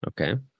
Okay